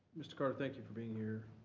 mr. carter, thank you for being here.